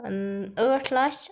ٲٹھ لَچھ